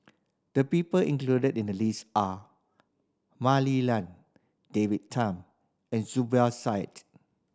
the people included in the list are Mah Li Lian David Tham and Zubir Said